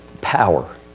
power